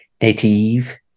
native